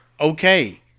Okay